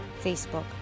Facebook